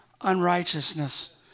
unrighteousness